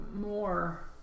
more